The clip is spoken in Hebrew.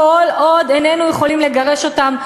כל עוד איננו יכולים לגרש אותם,